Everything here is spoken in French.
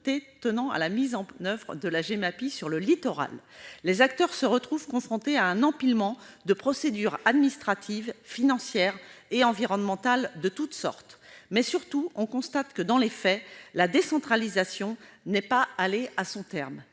tenant à la mise en oeuvre de la Gemapi sur le littoral. Les acteurs se trouvent confrontés à un empilement de procédures administratives, financières et environnementales de toutes sortes. Surtout, on constate que, dans les faits, la décentralisation n'est pas allée à son terme.